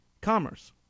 commerce